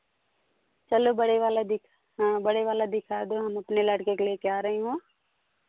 चलो बड़े वाला दिख हाँ बड़े वाला दिखा दो हम अपने लड़के के लिए कह रही हूँ